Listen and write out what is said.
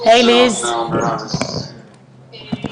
התחום של הטרדה מינית